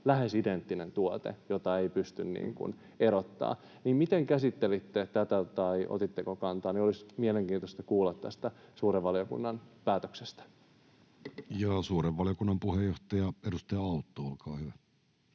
lähes identtinen tuote, jota ei pysty erottamaan. Miten käsittelitte tätä tai otitteko kantaa? Olisi mielenkiintoista kuulla tästä suuren valiokunnan päätöksestä. [Speech 177] Speaker: Jussi Halla-aho